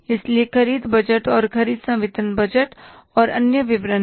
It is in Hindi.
इसलिए ख़रीद बजट और ख़रीद संवितरण बजट और अन्य विवरण है